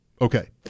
okay